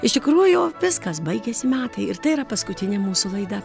iš tikrųjų viskas baigiasi metai ir tai yra paskutinė mūsų laida